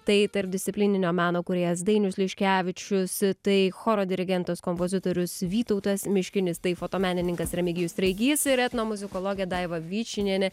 tai tarpdisciplininio meno kūrėjas dainius liškevičius tai choro dirigentas kompozitorius vytautas miškinis tai fotomenininkas remigijus treigys ir etnomuzikologė daiva vyčinienė